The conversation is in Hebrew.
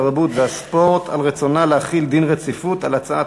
התרבות והספורט על רצונה להחיל דין רציפות על הצעת